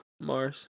Mars